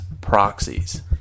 proxies